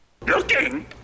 Looking